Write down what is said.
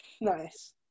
Nice